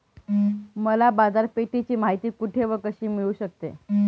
मला बाजारपेठेची माहिती कुठे व कशी मिळू शकते?